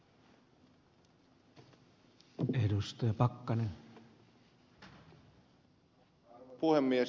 arvoisa puhemies